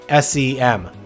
SEM